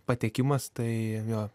patekimas tai jo